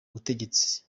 butegetsi